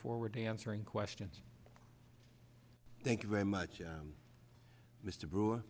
forward to answering questions thank you very much mr brewer